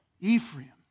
Ephraim